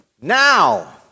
now